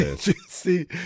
see